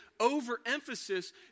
overemphasis